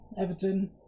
Everton